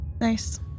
Nice